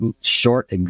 short